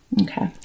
Okay